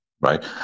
right